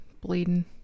bleeding